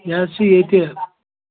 مےٚ حظ چھِ ییٚتہِ